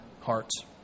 hearts